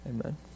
amen